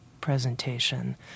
presentation